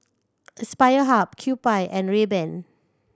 Aspire Hub Kewpie and Rayban